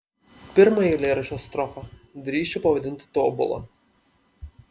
pirmąją eilėraščio strofą drįsčiau pavadinti tobula